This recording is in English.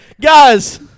Guys